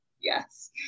Yes